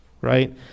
right